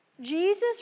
Jesus